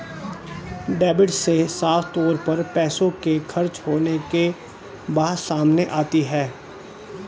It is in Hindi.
डेबिट से साफ तौर पर पैसों के खर्च होने के बात सामने आती है